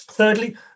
Thirdly